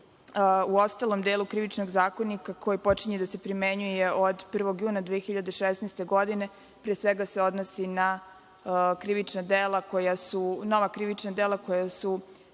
u ostalom delu Krivičnog zakonika koji počinje da se primenjuje od 1. juna 2016. godine, pre svega, se odnosi na nova krivična dela koja su